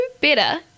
better